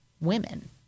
women